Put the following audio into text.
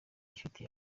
afitiye